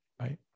right